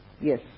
Yes